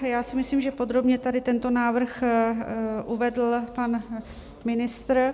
Já si myslím, že podrobně tady tento návrh uvedl pan ministr.